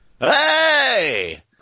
hey